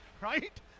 right